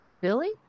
billy